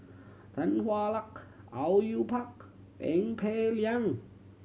Tan Hwa Luck Au Yue Pak Eng Peng Liang